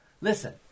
Listen